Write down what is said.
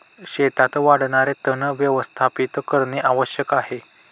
शेतात वाढणारे तण व्यवस्थापित करणे आवश्यक आहे